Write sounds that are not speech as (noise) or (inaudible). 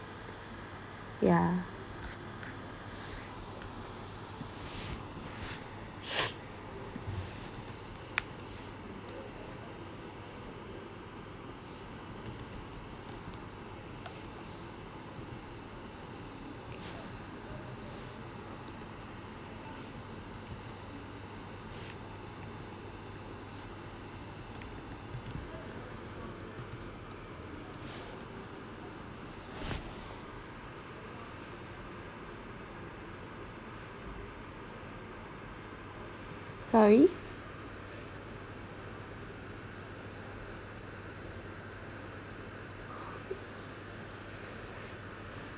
yeah (noise) sorry